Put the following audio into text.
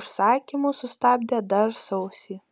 užsakymus sustabdė dar sausį